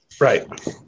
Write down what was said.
Right